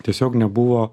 tiesiog nebuvo